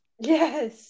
Yes